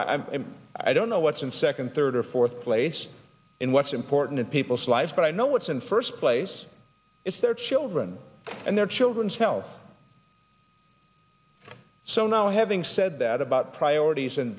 a i don't know what's in second third or fourth place in what's important in people's lives but i know what's in first place it's their children and their children's health so now having said that about priorities and